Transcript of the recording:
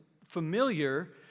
familiar